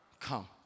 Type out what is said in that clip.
Come